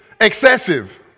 excessive